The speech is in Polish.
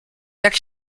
jak